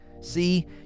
See